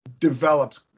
develops